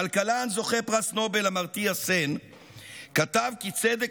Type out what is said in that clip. הכלכלן זוכה פרס נובל אמרטיה סן כתב כי צדק